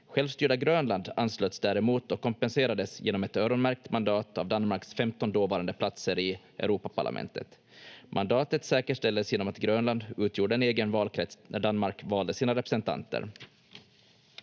Självstyrda Grönland anslöts däremot och kompenserades genom ett öronmärkt mandat av Danmarks 15 dåvarande platser i Europaparlamentet. Mandatet säkerställdes genom att Grönland utgjorde en egen valkrets när Danmark valde sina representanter.